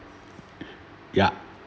ya